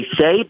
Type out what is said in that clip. say